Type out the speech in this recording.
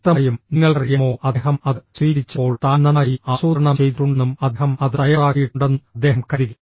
വ്യക്തമായും നിങ്ങൾക്കറിയാമോ അദ്ദേഹം അത് സ്വീകരിച്ചപ്പോൾ താൻ നന്നായി ആസൂത്രണം ചെയ്തിട്ടുണ്ടെന്നും അദ്ദേഹം അത് തയ്യാറാക്കിയിട്ടുണ്ടെന്നും അദ്ദേഹം കരുതി